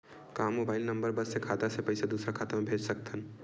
का mobile number बस से खाता से पईसा दूसरा मा भेज सकथन?